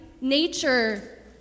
Nature